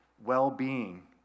well-being